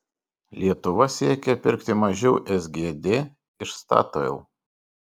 lietuva siekia pirkti mažiau sgd iš statoil